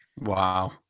Wow